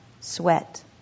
sweat